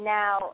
now